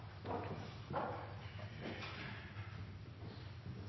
bakken